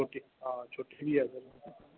हां छोटी बी ऐ